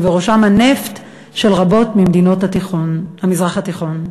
ובראשם הנפט של רבות ממדינות המזרח התיכון.